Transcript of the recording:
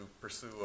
pursue